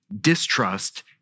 distrust